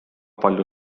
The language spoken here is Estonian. palju